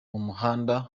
muhanda